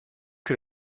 que